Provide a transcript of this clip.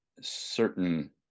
certain